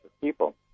people